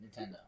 Nintendo